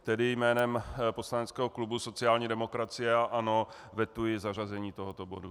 Tedy jménem poslaneckého klubu sociální demokracie a ANO vetuji zařazení tohoto bodu.